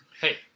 hey